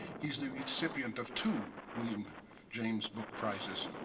he's the recipient of two william james book prizes,